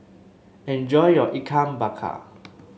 enjoy your Ikan Bakar